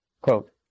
Quote